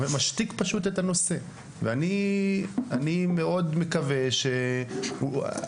משתיק פשוט את הנושא ואני מאוד מקווה שאת